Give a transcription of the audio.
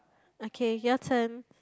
okay your turn